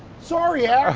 sorry, yeah